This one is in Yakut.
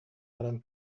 баран